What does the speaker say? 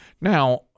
now